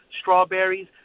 Strawberries